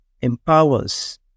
empowers